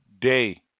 day